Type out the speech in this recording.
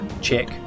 check